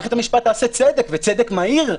מערכת המשפט תעשה צדק וצדק מהיר,